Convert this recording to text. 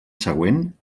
següent